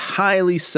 highly